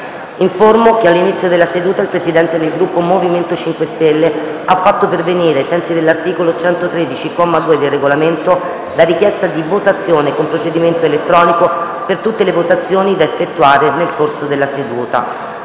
che all'inizio della seduta il Presidente del Gruppo MoVimento 5 Stelle ha fatto pervenire, ai sensi dell'articolo 113, comma 2, del Regolamento, la richiesta di votazione con procedimento elettronico per tutte le votazioni da effettuare nel corso della seduta.